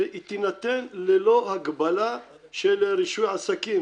שהיא תינתן ללא הגבלה של רישוי עסקים.